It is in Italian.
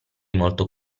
molto